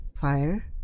fire